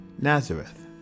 Nazareth